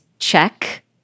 Check